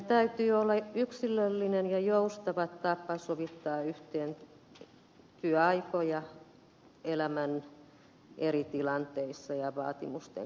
täytyy olla yksilöllinen ja joustava tapa sovittaa yhteen työaikoja elämän eri tilanteissa ja vaatimusten kanssa